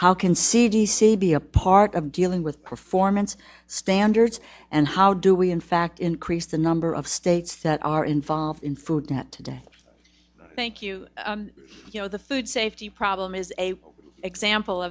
how can c d c be a part of dealing with performance standards and how do we in fact increase the number of states that are involved in food that today thank you you know the food safety problem is a example